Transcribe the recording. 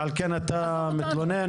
ועל כן אתה מתלונן?